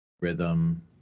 rhythm